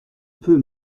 peu